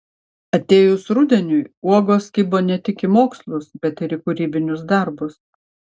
atėjus rudeniui uogos kibo ne tik į mokslus bet ir į kūrybinius darbus